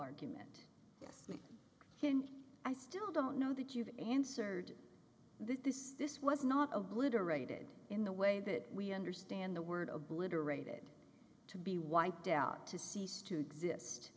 argument and i still don't know that you've answered this this was not obliterated in the way that we understand the word obliterated to be wiped out to cease to exist